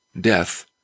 death